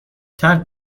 ترک